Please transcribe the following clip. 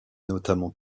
notamment